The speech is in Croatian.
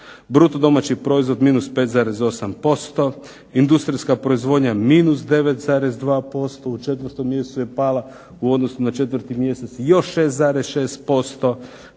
Bruto domaći proizvod -5,8%, industrijska proizvodnja -9,2% u 4. mjesecu je pala u odnosu na 4. mjesec još 6,6%.